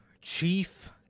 chief